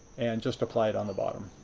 and just apply it on the bottom,